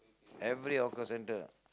every hawker centre